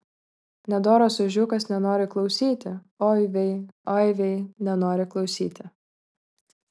nedoras ožiukas nenori klausyti oi vei oi vei nenori klausyti